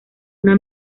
una